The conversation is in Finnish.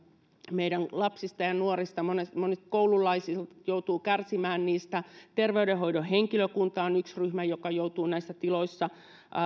meidän lapsista ja ja nuorista monet monet koululaiset kärsimään terveydenhoidon henkilökunta on yksi ryhmä joka joutuu näissä tiloissa